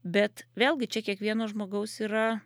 bet vėlgi čia kiekvieno žmogaus yra